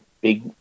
big